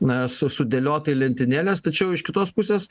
na su sudėliota į lentynėles tačiau iš kitos pusės